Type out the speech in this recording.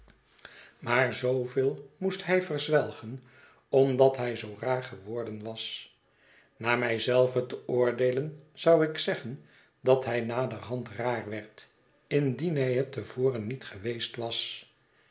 maar zooveel moest hij verzwelgen omdat hij zoo raar geworden was naar mij zelven te oordeelen zou ik zeggen dat hij naderhand raar werd indien hij het te voren niet geweest was